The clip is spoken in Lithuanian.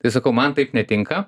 tai sakau man taip netinka